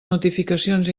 notificacions